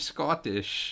Scottish